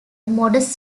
modest